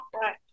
right